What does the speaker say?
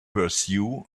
pursue